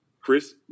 Chris